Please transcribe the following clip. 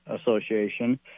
Association